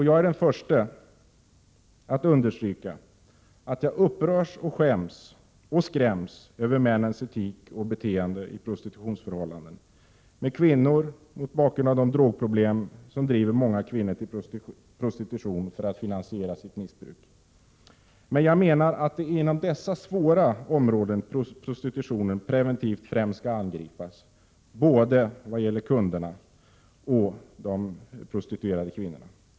Jag är den förste att understryka att jag upprörs, skräms och skäms över männens etik och beteende i prostitutionsförhållanden med kvinnor mot bakgrund av de drogproblem som driver många kvinnor till prostitution för att finansiera sitt missbruk. Jag menar att det är inom dessa svåra områden som prostitutionen preventivt främst skall angripas, både i vad gäller kunderna och i vad gäller de prostituerade kvinnorna.